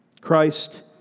Christ